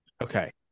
Okay